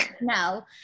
No